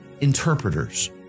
interpreters